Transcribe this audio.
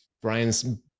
Brian's